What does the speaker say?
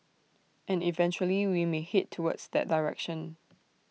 and eventually we may Head towards that direction